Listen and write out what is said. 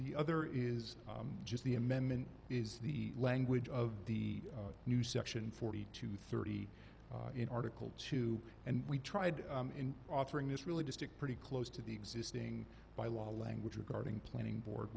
the other is just the amendment is the language of the new section forty two thirty in article two and we tried in offering this really to stick pretty close to the existing bylaw language regarding planning board